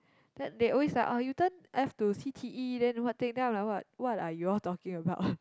then they always like oh you turn left to c_t_e then what thing like I'm like what what are you all talking about